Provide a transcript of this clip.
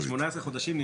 מה